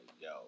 yo